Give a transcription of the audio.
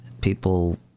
People